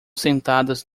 sentadas